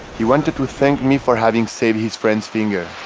he wanted to thank me for having saved his friend's finger.